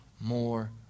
more